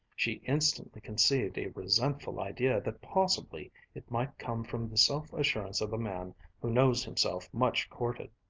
she instantly conceived a resentful idea that possibly it might come from the self-assurance of a man who knows himself much courted.